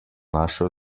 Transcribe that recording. našel